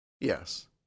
Yes